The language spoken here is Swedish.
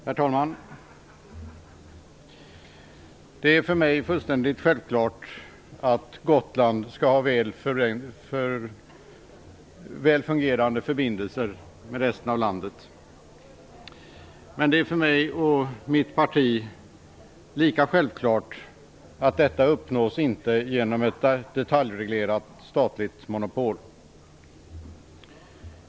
Herr talman! Det är för mig fullständigt självklart att Gotland skall ha väl fungerande förbindelser med resten av landet. Men det är för mig och mitt parti lika självklart att detta inte uppnås genom ett detaljreglerat statligt monopol.